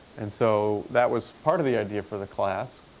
and so that was part of the idea for the class.